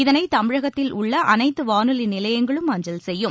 இதனை தமிழகத்தில் உள்ள அனைத்து வானொலி நிலையங்களும் அஞ்சல் செய்யும்